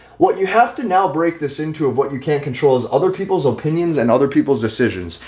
what you have to now break this into what you can't control is other people's opinions and other people's decisions.